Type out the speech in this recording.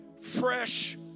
fresh